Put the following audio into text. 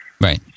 Right